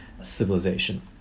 civilization